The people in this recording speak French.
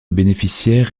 bénéficiaires